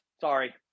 sorry